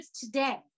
today